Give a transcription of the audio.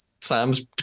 sam's